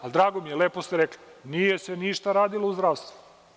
Ali, drago mi je, lepo ste rekli, nije se ništa radilo u zdravstvu.